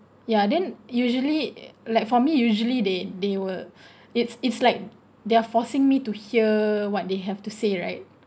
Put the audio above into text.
ya then usually like for me usually they they were it's it's like they're forcing me to hear what they have to say right